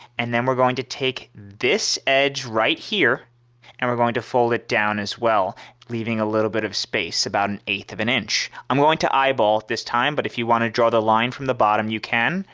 and then we're going to take this edge right here and we're going to fold it down as well leaving a little bit of space about an eighth of an inch. i'm going to eyeball at this time but if you want to draw the line from the bottom you can.